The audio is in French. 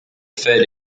fait